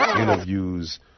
interviews